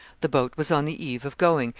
the boat was on the eve of going,